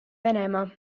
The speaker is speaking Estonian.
venemaa